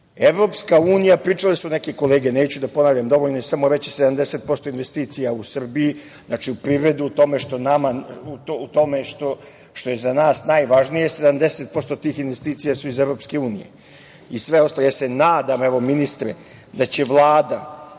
krenemo dalje. Pričale su neke kolege, neću da ponavljam, dovoljno je samo reći 70% investicija u Srbiji, znači u privredi, u tome što je za nas najvažnije 70% tih investicija su iz Evropske unije i sve ostalo. Nadam se, ministre, da će Vlada